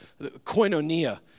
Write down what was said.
koinonia